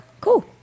cool